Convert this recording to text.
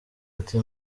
ati